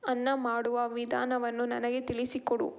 ಅನ್ನ ಮಾಡುವ ವಿಧಾನವನ್ನು ನನಗೆ ತಿಳಿಸಿಕೊಡು